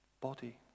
body